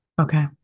Okay